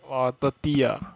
!wah! thirty ah